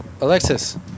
Alexis